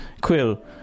Quill